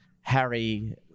Harry